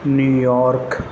New York